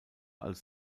als